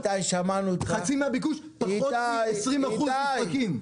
ופחות מ-20% נפרקים.